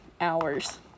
hours